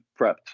prepped